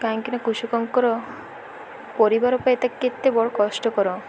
କାହିଁକି ନା କୃଷକଙ୍କର ପରିବାର ପାଇଁ ତା କେତେ ବଡ଼ କଷ୍ଟକର